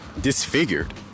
disfigured